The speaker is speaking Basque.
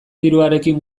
diruarekin